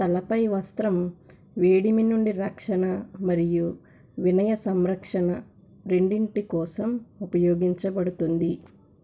తలపై వస్త్రం వేడిమి నుండి రక్షణ మరియు వినయ సంరక్షణ రెండింటి కోసం ఉపయోగించబడుతుంది